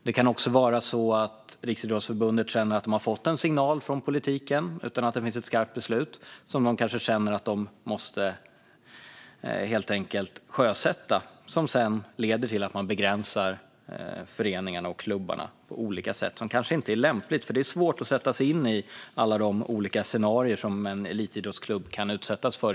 Det kan också vara så att Riksidrottsförbundet känner att man har fått en signal från politiken utan att det finns ett skarpt beslut och kanske känner att man måste sjösätta detta, vilket sedan leder till att klubbarna och föreningarna begränsas på olika sätt. Detta kanske inte är lämpligt, för det är svårt att sätta sig in i alla de olika scenarier som en elitidrottsklubb kan utsättas för.